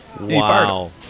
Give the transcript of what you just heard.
Wow